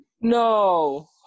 No